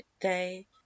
day